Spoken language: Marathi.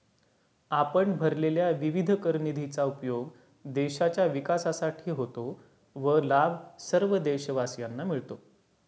आपण भरलेल्या विविध कर निधीचा उपयोग देशाच्या विकासासाठी होतो व लाभ सर्व देशवासियांना मिळतो